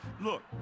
Look